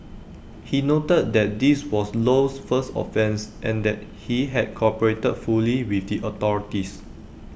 he noted that this was Low's first offence and that he had cooperated fully with the authorities